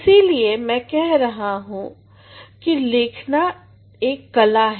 इसीलिए मैं कह रहा कि लिखना एक कला है